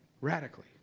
Radically